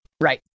right